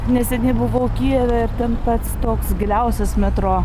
neseniai buvau kijeve ir ten pats toks giliausias metro